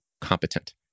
competent